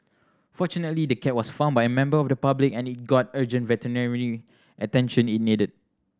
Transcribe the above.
fortunately the cat was found by a member of the public and it got the urgent veterinary attention it needed